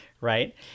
right